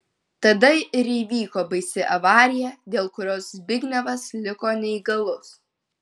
tada ir įvyko baisi avarija dėl kurios zbignevas liko neįgalus